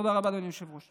תודה רבה, אדוני היושב-ראש.